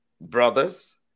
brothers